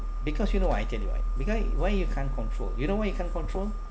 because you know I tell you why because why you can't control you know why you can't control